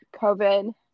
COVID